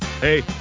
Hey